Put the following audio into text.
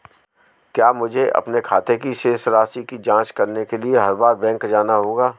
क्या मुझे अपने खाते की शेष राशि की जांच करने के लिए हर बार बैंक जाना होगा?